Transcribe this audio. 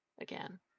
again